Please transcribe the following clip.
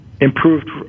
improved